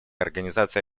организации